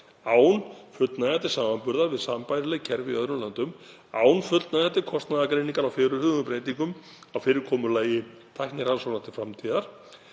án fullnægjandi samanburðar við sambærileg kerfi í öðrum löndum, án fullnægjandi kostnaðargreiningar á fyrirhuguðum breytingum á fyrirkomulagi tæknirannsókna til framtíðar,